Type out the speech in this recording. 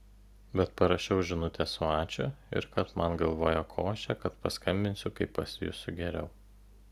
bet parašiau žinutę su ačiū ir kad man galvoje košė kad paskambinsiu kai pasijusiu geriau